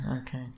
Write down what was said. okay